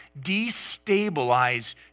destabilize